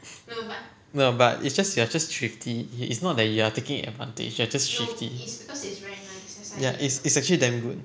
no lah but it's just you are just thrifty okay it's not that you are taking advantage you're just thrifty ya it's it's actually damn good